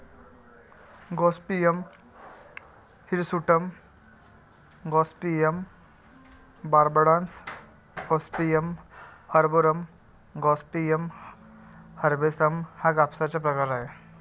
Gossypium hirsutum, Gossypium barbadense, Gossypium arboreum, Gossypium herbaceum हा कापसाचा प्रकार आहे